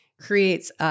creates